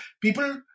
people